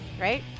right